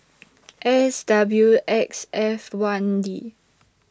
S W X F one D